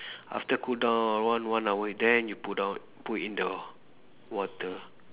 after cool down around one hour then you put down put in the water